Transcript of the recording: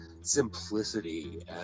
simplicity